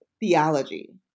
theology